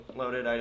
loaded